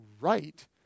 right